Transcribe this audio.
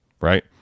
right